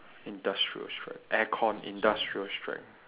industrial strength aircon industrial strength